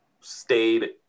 stayed